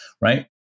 right